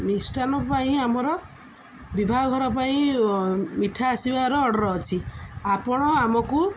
ମିଷ୍ଟାନ୍ନ ପାଇଁ ଆମର ବାହାଘର ପାଇଁ ମିଠା ଆସିବାର ଅର୍ଡର୍ ଅଛି ଆପଣ ଆମକୁ